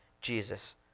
Jesus